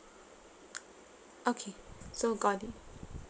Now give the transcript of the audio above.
okay so got it